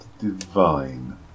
Divine